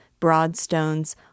broadstones